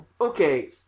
Okay